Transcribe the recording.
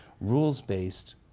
rules-based